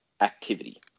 activity